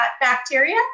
bacteria